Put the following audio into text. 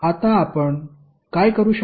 आता आपण काय करू शकतो